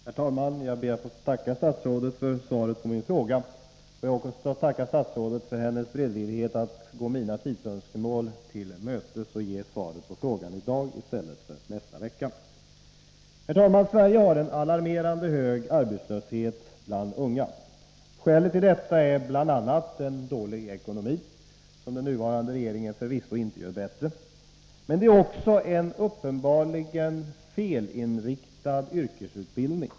Herr talman! Jag ber att få tacka statsrådet för svaret på min fråga. Jag vill också tacka statsrådet för hennes beredvillighet att gå mina tidsönskemål till mötes och ge svaret på frågan i dag i stället för nästa vecka. Herr talman! Sverige har en alarmerande hög arbetslöshet bland unga. Skälet till detta är bl.a. en dålig ekonomi, som den nuvarande regeringen förvisso inte gör bättre, men det är också en uppenbarligen felinriktad yrkesutbildning.